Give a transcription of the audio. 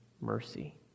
mercy